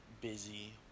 busy